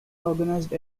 organized